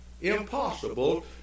Impossible